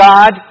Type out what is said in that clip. God